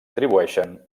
atribueixen